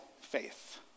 faith